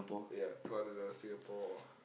ya two hundred dollars Singapore